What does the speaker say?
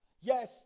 Yes